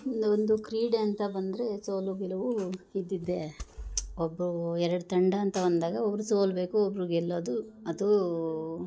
ಇಲ್ಲಿ ಒಂದು ಕ್ರೀಡೆ ಅಂತ ಬಂದರೆ ಸೋಲು ಗೆಲುವು ಇದ್ದದ್ದೆ ಒಬ್ಬರು ಎರಡು ತಂಡ ಅಂತ ಬಂದಾಗ ಒಬ್ರು ಸೋಲಬೇಕು ಒಬ್ಬರು ಗೆಲ್ಲೋದು ಅದೂ